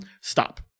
stop